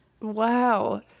Wow